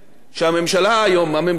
ממשלת נתניהו,